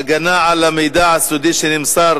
(הגנה על מידע סודי שנמסר